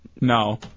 No